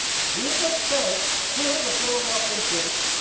jesus says to the philadelphian church,